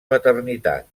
paternitat